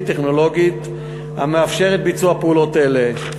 וטכנולוגית המאפשרת ביצוע פעולות אלה,